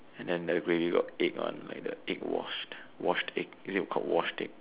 and then the gravy got egg one like the egg washed washed egg is it called washed egg